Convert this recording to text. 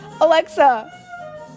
Alexa